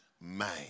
mind